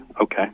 okay